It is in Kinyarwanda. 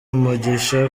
umugisha